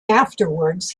afterwards